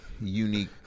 unique